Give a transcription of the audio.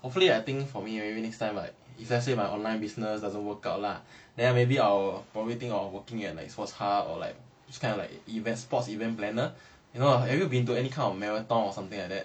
hopefully I think for me maybe next time like if let's say my online business doesn't work out lah then maybe I'll probably think or working at like sports hub or like some kind of events sports event planner you know have you been to any kind of marathon or something like that